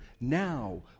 now